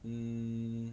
mm